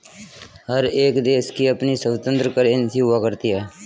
हर एक देश की अपनी स्वतन्त्र करेंसी हुआ करती है